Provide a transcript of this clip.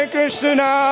Krishna